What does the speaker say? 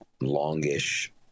longish